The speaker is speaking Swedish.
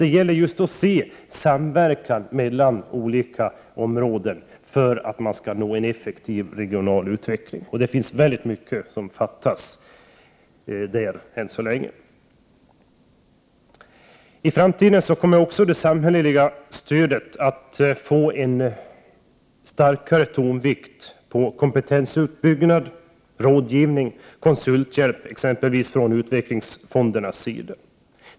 Det gäller att åstadkomma samverkan mellan olika områden för att man skall nå en effektiv regional utveckling. Det är väldigt mycket som ännu fattas på detta område. I framtiden bör det samhälleliga stödet att få en starkare tonvikt på kompetensuppbyggnad, rådgivning och konsulttjänster exempelvis från utvecklingsfondernas sida.